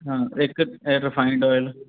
ਹਾਂ ਇੱਕ refined oil